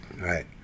Right